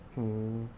mm